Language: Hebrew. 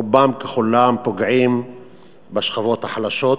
רובם ככולם פוגעים בשכבות החלשות.